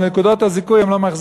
אבל את נקודות הזיכוי הם לא מחזירים.